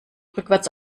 rückwärts